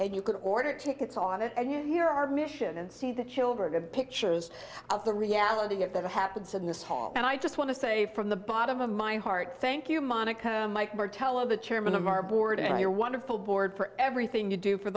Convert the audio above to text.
and you could order tickets on it and hear our mission and see the children of pictures of the reality of that happens in this hall and i just want to say from the bottom of my heart thank you monica mike martello the chairman of our board and your wonderful board for everything you do for